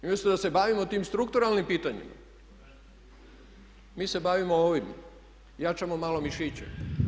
I umjesto da se bavimo tim strukturalnim pitanjima mi se bavimo ovim, jačamo malo mišiće.